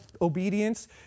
obedience